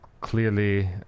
clearly